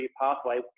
pathway